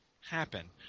happen